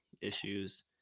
issues